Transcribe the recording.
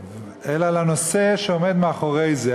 אלא לנושא שעומד מאחורי זה.